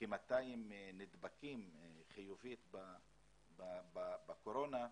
200 נדבקים חיוביים בקורונה,